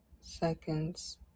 seconds